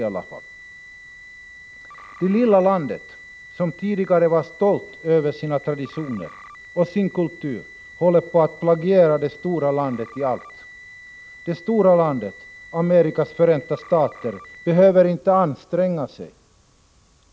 I det lilla landet, där man tidigare var stolt över sina traditioner och sin kultur, håller man på att plagiera det stora landet i allt. Det stora landet, Amerikas förenta stater, behöver inte anstränga sig.